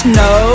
no